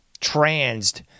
transed